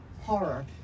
horror